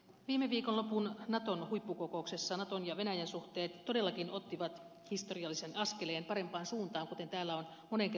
viime viikonlopun naton huippukokouksessa naton ja venäjän suhteet todellakin ottivat historiallisen askeleen parempaan suuntaan kuten täällä on moneen kertaan todettu